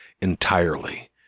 entirely